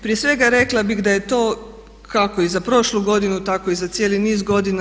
Prije svega rekla bih da je to kako i za prošlu godinu, tako i za cijeli niz godina.